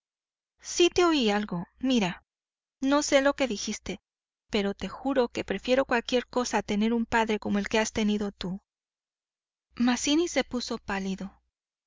si te oí algo mira no sé lo que dijiste pero te juro que prefiero cualquier cosa a tener un padre como el que has tenido tú mazzini se puso pálido